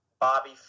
Bobby